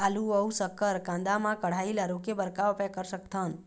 आलू अऊ शक्कर कांदा मा कढ़ाई ला रोके बर का उपाय कर सकथन?